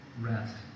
rest